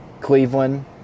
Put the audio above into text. Cleveland